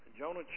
Jonah